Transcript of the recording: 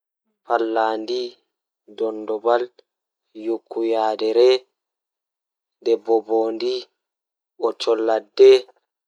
Woodi dondobal, woodi domburu, woodi debbo bondi, woodi bondi, woodi pallandi, woodi nyukuyaadere, woodi gilangeeru.